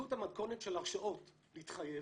באמצעות המתכונת של הרשאות להתחייב,